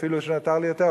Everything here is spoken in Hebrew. אפילו שנותר לי יותר,